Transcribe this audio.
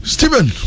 Stephen